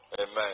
Amen